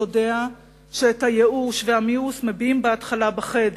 יודע שאת הייאוש ואת המיאוס מביעים בהתחלה בחדר,